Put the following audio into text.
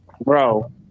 bro